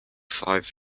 five